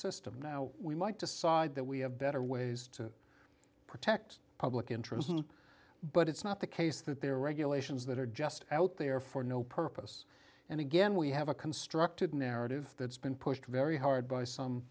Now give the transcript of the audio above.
system now we might decide that we have better ways to protect public interest and but it's not the case that there are regulations that are just out there for no purpose and again we have a constructed narrative that's been pushed very hard by some